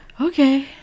okay